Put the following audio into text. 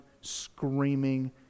screaming